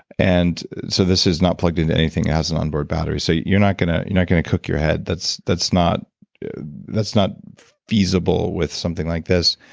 and, so this is not plugged into anything. it has an onboard battery. so you're not gonna not gonna cook your head that's that's not that's not feasible with something like this.